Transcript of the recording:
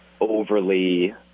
overly